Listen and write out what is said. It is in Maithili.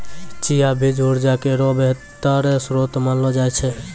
चिया बीज उर्जा केरो बेहतर श्रोत मानलो जाय छै